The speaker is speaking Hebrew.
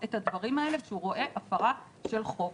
את הדברים האלה כשהוא רואה הפרה של חוק.